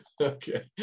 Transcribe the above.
Okay